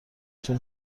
تون